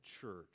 church